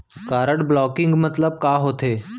Card blocking मतलब का होथे?